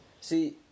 See